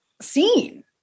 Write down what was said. seen